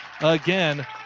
again